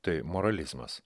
tai moralizmas